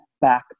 back